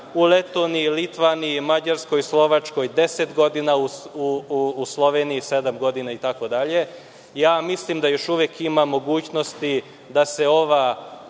u Letoniji, Litvaniji, Mađarskoj, Slovačkoj 10 godina, u Sloveniji sedam godina itd. Mislim da još uvek ima mogućnosti da se ovo